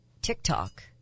TikTok